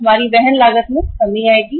हमारी वहन लागत में कमी आएगी